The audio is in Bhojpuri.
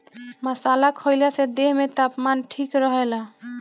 मसाला खईला से देह में तापमान ठीक रहेला